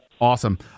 Awesome